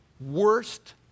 worst